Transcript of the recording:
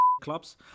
clubs